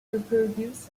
reproduces